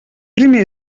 primer